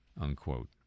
unquote